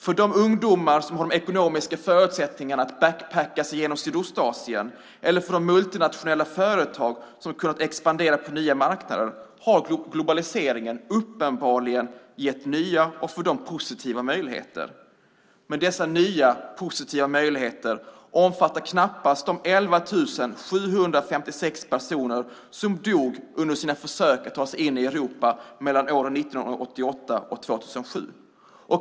För de ungdomar som har de ekonomiska förutsättningarna att "backpacka" sig genom Sydostasien eller för de multinationella företag som har kunnat expandera på nya marknader har globaliseringen uppenbarligen gett nya och positiva möjligheter. Men dessa nya positiva möjligheter omfattar knappast de 11 756 personer som dog under sina försök att ta sig in i Europa mellan åren 1988 och 2007.